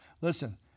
Listen